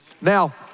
Now